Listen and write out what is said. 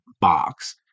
box